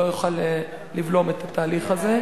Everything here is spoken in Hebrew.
לא יוכל לבלום את התהליך הזה.